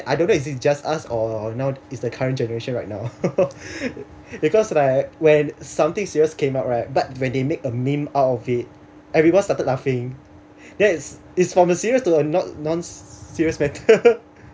I don't know is it just us or now is the current generation right now because like when something serious came out right but when they make a meme out of it everyone started laughing that's is from a serious to a non serious matter